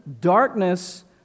darkness